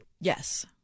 Yes